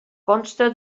consta